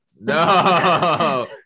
no